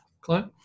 Clint